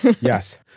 Yes